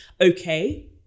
Okay